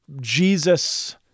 Jesus